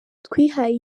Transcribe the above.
twihaye